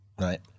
Right